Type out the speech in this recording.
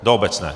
Do obecné.